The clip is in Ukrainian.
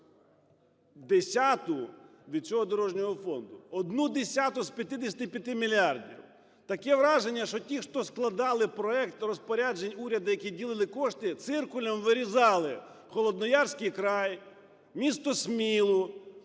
десяту від цього дорожнього фонду, одну десяту з 55 мільярдів. Таке враження, що ті, хто складали проект розпоряджень уряду, які ділили кошти, циркулем вирізали Холодноярський край, місто Смілу,